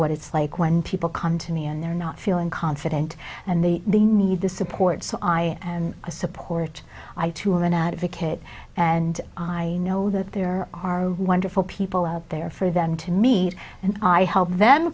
what it's like when people come to me and they're not feeling confident and the they need the support so i and i support i too have an advocate and i know that there are wonderful people out there for them to meet and i help them